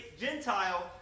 Gentile